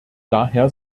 daher